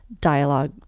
dialogue